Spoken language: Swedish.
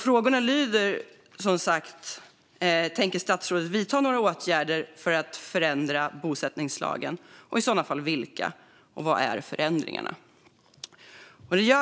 Frågorna lyder som sagt: Tänker statsrådet vidta några åtgärder för att förändra bosättningslagen? I så fall, vilka är förändringarna?